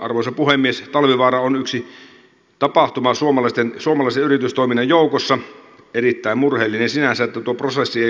arvoisa puhemies talvivaara on yksi tapahtuma suomalaisen yritystoiminnan joukossa erittäin murheellista sinänsä että tuo prosessi ei ollut hallinnassa